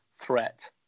threat